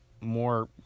more